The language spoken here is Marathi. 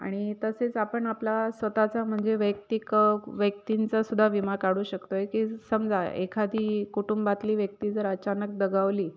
आणि तसेच आपण आपला स्वतःचा म्हणजे वैयक्तिक व्यक्तींचा सुद्धा विमा काढू शकतोय की समजा एखादी कुटुंबातली व्यक्ती जर अचानक दगावली